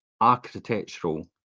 architectural